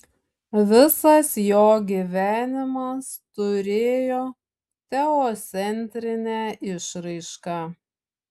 visas jo gyvenimas turėjo teocentrinę išraišką